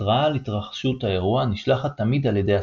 התרעה על התרחשות האירוע נשלחת תמיד על ידי הספק.